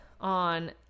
on